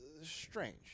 Strange